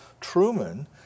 Truman